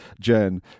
jen